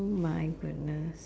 my goodness